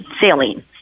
saline